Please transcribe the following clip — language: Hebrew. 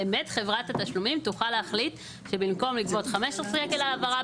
באמת חברת התשלומים תוכל להחליט שבמקום לגבות 15 שקלים על העברה